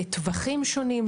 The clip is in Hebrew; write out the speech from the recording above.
בטווחים שונים,